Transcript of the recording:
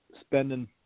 spending